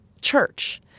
church